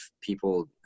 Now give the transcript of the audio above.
people